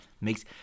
makes